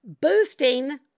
Boosting